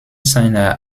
seiner